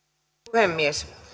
puhemies